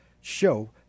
show